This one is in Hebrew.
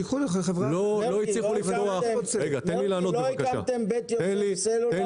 לא הקמתם בית יוסף סלולר?